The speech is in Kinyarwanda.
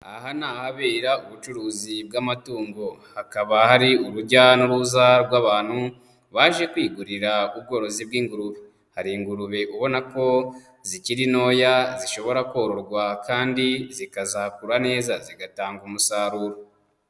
Aha ni ahabera ubucuruzi bw'amatungo, hakaba hari urujya n'uruza rw'abantu baje kwigurira ubworozi bw'ingurube, hari ingurube ubona ko zikiri ntoya zishobora kororwa kandi zikazakura neza zigatanga umusaruro.